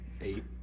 Eight